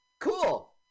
Cool